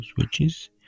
Switches